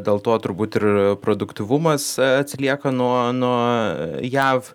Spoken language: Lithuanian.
dėl to turbūt ir produktyvumas atsilieka nuo nuo jav